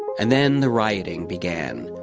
and then the rioting began.